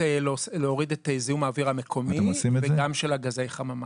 להוריד את זיהום האוויר המקומי וגם של גזי חממה.